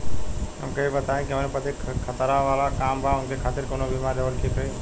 हमके ई बताईं कि हमरे पति क खतरा वाला काम बा ऊनके खातिर कवन बीमा लेवल ठीक रही?